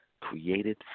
created